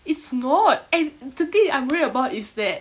it's not and the thing I'm worried about is that